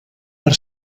per